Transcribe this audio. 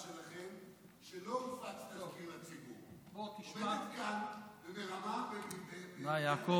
עומדת כאן ומרמה במליאת הכנסת.